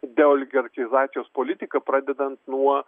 deoligarchizacijos politiką pradedant nuo